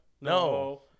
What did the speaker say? No